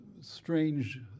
strange